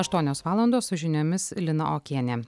aštuonios valandos su žiniomis lina okienė